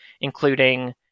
including